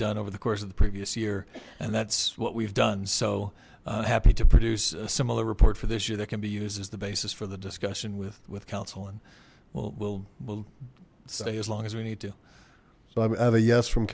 done over the course of the previous year and that's what we've done so happy to produce a similar report for this year that can be used as the basis for the discussion with with council and well will will say as long as we need to so i